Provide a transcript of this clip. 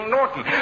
Norton